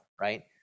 right